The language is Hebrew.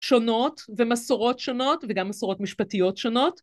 שונות ומסורות שונות וגם מסורות משפטיות שונות.